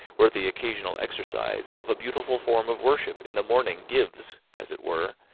where the occasional exercise of a beautiful form of worship in the morning gives, as it were,